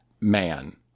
man